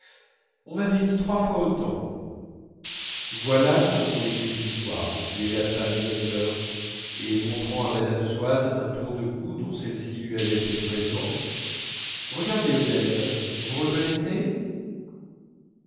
on m'avait dit trois fois autant voilà comme on écrit l'histoire concluait la femme du docteur et montrant à mme swann un tour de cou dont celle-ci lui avait fait présent regardez odette vous reconnaissez